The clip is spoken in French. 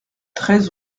treize